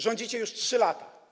Rządzicie już 3 lata.